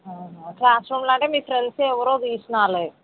క్లాస్రూమ్లో అంటే మీ ఫ్రెండ్స్ ఎవరో తీసినారులే